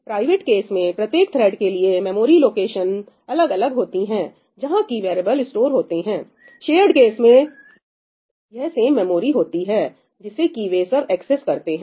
private case में प्रत्येक thread के लिए मेमोरी लोकेशन अलग अलग होती है जहां की वैरियेबल्स स्टोर होते हैंशेयर्ड केस में यह सेम मेमोरी होती है जिसे कि वे सब एक्सेस करते हैं